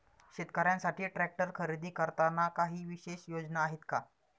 शेतकऱ्यांसाठी ट्रॅक्टर खरेदी करताना काही विशेष योजना आहेत का?